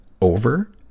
Over